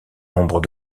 nombre